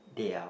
their